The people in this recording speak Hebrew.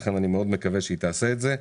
לכן אני מאוד מקווה שהיא תעשה את זה.